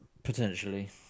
Potentially